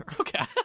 Okay